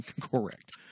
correct